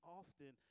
often